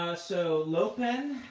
ah so lopen,